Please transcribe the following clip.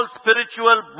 spiritual